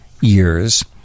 years